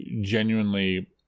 genuinely